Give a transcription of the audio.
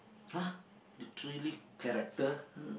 !huh! the three lead character